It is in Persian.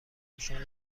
پوشان